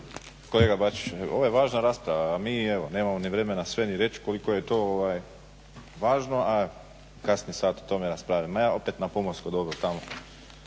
Kolega Bačić, ovo je važna rasprava, a mi evo nemamo ni vremena sve ni reć koliko je to važno. A kasni je sat da o tome raspravljamo. A ja opet na pomorsko dobro opet